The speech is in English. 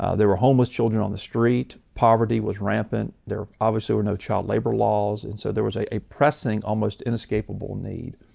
ah there were homeless children on the street. poverty was rampant. there obviously was no child labor laws, and so there was a a pressing, almost inescapable need.